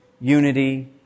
unity